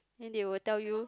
then they will tell you